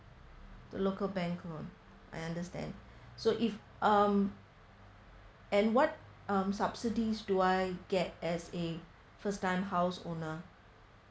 the local bank loan I understand so if um and what um subsidies do I get as a first time house owner